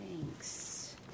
thanks